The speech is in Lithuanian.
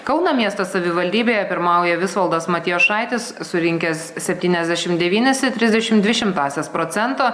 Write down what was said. kauno miesto savivaldybėje pirmauja visvaldas matijošaitis surinkęs septyniasdešimt devynis ir trisdešimt dvi šimtąsias procento